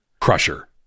Crusher